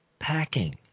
packing